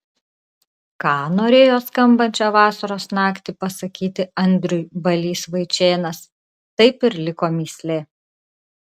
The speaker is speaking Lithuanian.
ką norėjo skambančią vasaros naktį pasakyti andriui balys vaičėnas taip ir liko mįslė